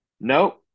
Nope